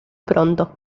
pronto